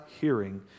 hearing